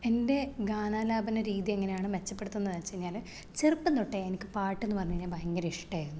എന്റെ ഗാനാലാപന രീതിയെങ്ങനെയാണ് മെച്ചപ്പെടുത്തുന്നതെന്ന് വെച്ചുകഴിഞ്ഞാൽ ചെറുപ്പം തൊട്ടേ എനിക്ക് പാട്ടെന്ന് പറഞ്ഞ് കഴിഞ്ഞാൽ ഭയങ്കര ഇഷ്ടമായിരുന്നു